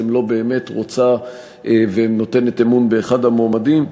לא באמת רוצה ונותנת אמון באחד המועמדים.